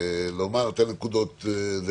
לומר את הנקודות,